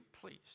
please